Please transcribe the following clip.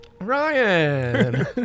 ryan